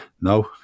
No